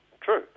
true